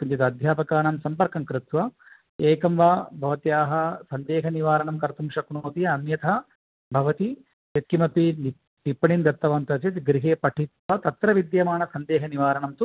किञ्चित् अध्यापकानां सम्पर्कं कृत्वा एकं वा भवत्याः सन्देहनिवारणं कर्तुं शक्नोति अन्यथा भवती यत्किमपि टिप् टिप्पणीं दत्तवन्तः चेत् गृहे पठित्वा तत्र विद्यमानसन्देहनिवारणं तु